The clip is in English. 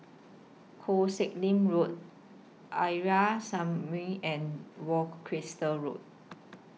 Koh Sek Lim Road Arya Samaj and Worcester Road